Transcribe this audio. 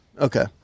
Okay